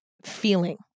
feeling